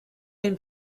been